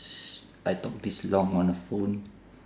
I talk this long on a phone